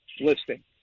listing